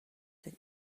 that